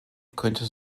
könnte